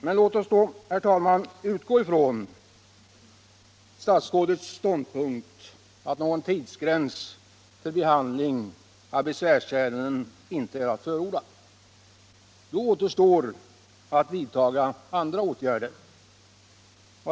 Men låt oss då, herr talman, utgå från statsrådets ståndpunkt att någon tidsgräns för behandling av besvärsärenden inte är att förorda. Då återstår att vidtaga andra åtgärder.